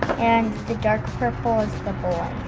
and the dark purple is the boys.